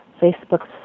Facebook